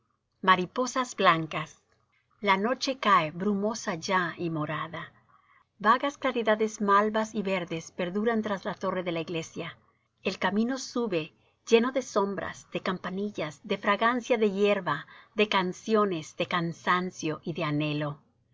mariposas blancas la noche cae brumosa ya y morada vagas claridades malvas y verdes perduran tras la torre de la iglesia el camino sube lleno de sombras de campanillas de fragancia de hierba de canciones de cansancio y de anhelo